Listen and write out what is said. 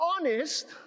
honest